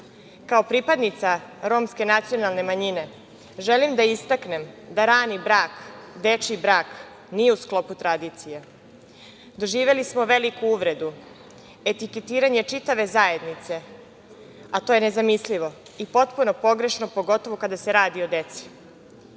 pripadnica romske nacionalne manjine, želim da istaknem da rani brak, dečiji brak, nije u sklopu tradicije. Doživeli smo veliku uvredu, etiketiranje čitave zajednice, a to je nezamislivo i potpuno pogrešno, pogotovo kada se radi o deci.